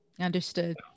understood